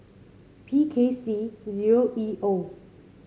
P K C zero E O